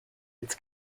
its